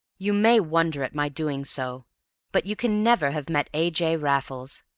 you may wonder at my doing so but you can never have met a. j. raffles.